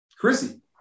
Chrissy